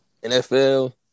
NFL